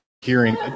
hearing